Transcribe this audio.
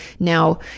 Now